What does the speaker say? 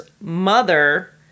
mother